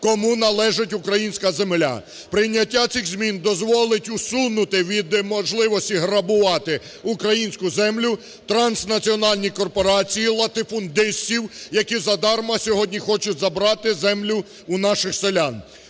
кому належить українська земля. Прийняття цих змін дозволить усунути від можливості грабувати українську землю транснаціональні корпорації, латифундистів, які задарма сьогодні хочуть забрати землю у наших селян.